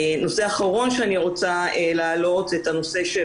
נושא אחרון שאני רוצה להעלות זה את הנושא של